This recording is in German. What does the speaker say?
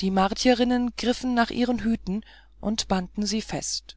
die martierinnen griffen nach ihren hüten und banden sie fester